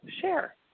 share